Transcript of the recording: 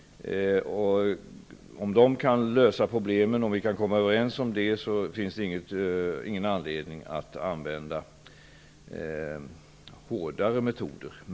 Om problemen kan lösas och om vi kan komma överens med dem, finns det ingen anledning att använda hårdare metoder.